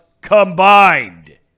combined